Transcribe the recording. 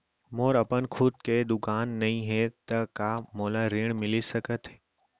मोर अपन खुद के दुकान नई हे त का मोला ऋण मिलिस सकत?